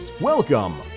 Welcome